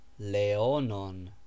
Leonon